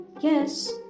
Yes